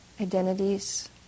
identities